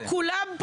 נציגיו של נתניהו,